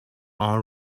all